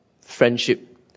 friendship